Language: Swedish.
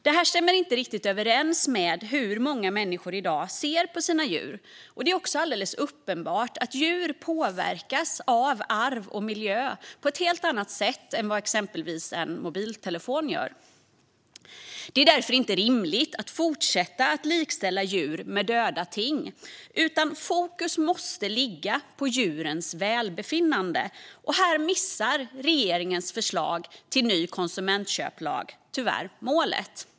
Detta stämmer inte överens med hur många människor i dag ser på sina djur, och det är också alldeles uppenbart att djur påverkas av arv och miljö på ett helt annat sätt än vad exempelvis en mobiltelefon gör. Det är därför inte rimligt att fortsätta att likställa djur med döda ting, utan fokus måste ligga på djurens välbefinnande. Här missar regeringens förslag till ny konsumentköplag tyvärr målet.